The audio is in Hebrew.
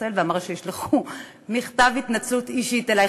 להתנצל ואמר שישלחו מכתב התנצלות אישית אלי.